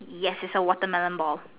yes it's a watermelon ball